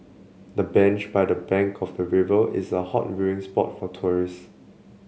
the bench by the bank of the river is a hot viewing spot for tourists